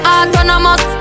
Autonomous